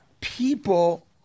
People